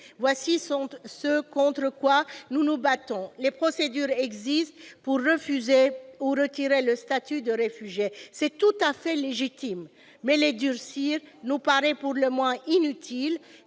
voilà ce contre quoi nous nous battons. Les procédures existent pour refuser ou retirer le statut de réfugié. C'est tout à fait légitime. Mais les durcir nous paraît pour le moins inutile